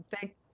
Thank